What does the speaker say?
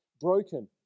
broken